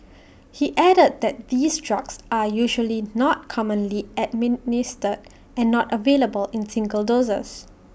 he added that these drugs are usually not commonly administered and not available in single doses